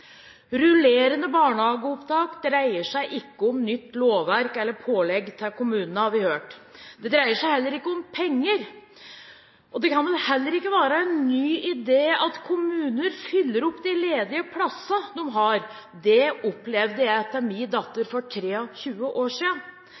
Rullerende barnehageopptak dreier seg ikke om nytt lovverk eller pålegg til kommunene, har vi hørt. Det dreier seg heller ikke om penger, og det kan vel heller ikke være en ny idé at kommuner fyller opp de ledige plassene de har. Det opplevde jeg med min datter for 23 år siden. Hvilke nye løsninger er